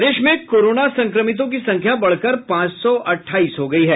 प्रदेश में कोरोना संक्रमितों की संख्या बढ़कर पांच सौ अट्ठाईस हो गयी है